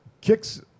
Kicks